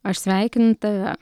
aš sveikinu tave